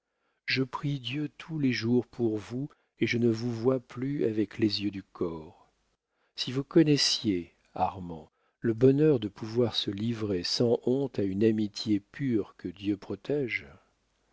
je prie dieu tous les jours pour vous et je ne vous vois plus avec les yeux du corps si vous connaissiez armand le bonheur de pouvoir se livrer sans honte à une amitié pure que dieu protége